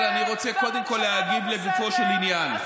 אבל אני רוצה קודם כול להגיב לגופו של עניין.